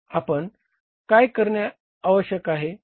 आपण काय करणे आवश्यक आहे